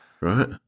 Right